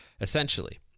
essentially